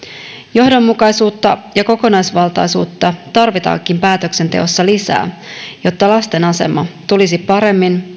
johdonmukaisuutta ja kokonaisvaltaisuutta tarvitaankin päätöksenteossa lisää jotta lasten asema tulisi paremmin